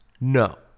No